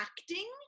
acting